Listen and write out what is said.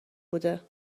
بوده